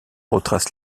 retrace